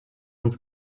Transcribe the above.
ins